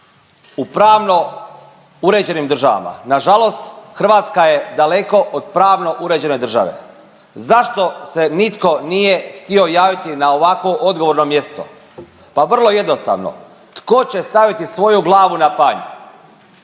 u pravno uređenim državama. Nažalost Hrvatska je daleko od pravno uređene države. Zašto se nitko nije htio javiti na ovako odgovorno mjesto? Pa vrlo jednostavno tko će staviti svoju glavu na panj?